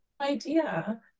idea